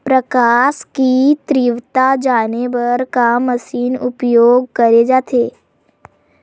प्रकाश कि तीव्रता जाने बर का मशीन उपयोग करे जाथे?